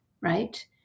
right